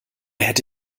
hätte